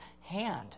hand